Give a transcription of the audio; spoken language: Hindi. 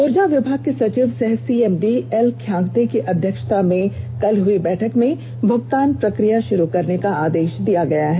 उर्जा विभाग के सचिव सह सीएमडी एल ख्यांग्ते की अध्यक्षता में कल हुई बैठक में भुगतान प्रक्रिया षुरू करने का आदेष दिया है